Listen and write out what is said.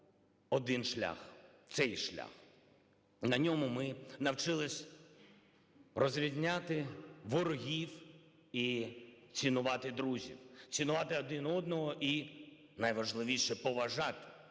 один шлях – цей шлях. На ньому ми навчилися розрізняти ворогів і цінувати друзів, цінувати один одного і, найважливіше, поважати.